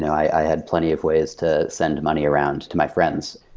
i had plenty of ways to send money around to my friends.